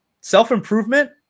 Self-improvement